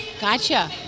Gotcha